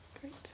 Great